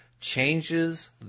changes